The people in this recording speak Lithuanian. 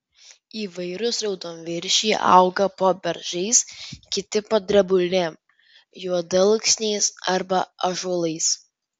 įvairūs raudonviršiai auga po beržais kiti po drebulėm juodalksniais arba ąžuolais